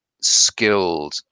skilled